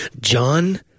John